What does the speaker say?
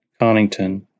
Connington